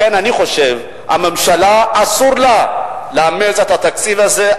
לכן אני חושב, הממשלה אסור לה לאמץ את התקציב הזה.